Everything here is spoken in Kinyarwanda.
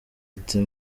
ati